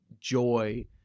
joy